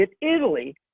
Italy